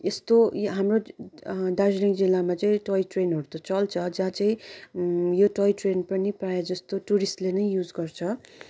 यस्तो हार्मो दार्जिलिङ जिल्लामा चाहिँ टोय ट्रेनहरू त चल्छ जहाँ चाहिँ यो टोय ट्रेन पनि प्रायः जस्तो टुरिस्टले नै युज गर्छ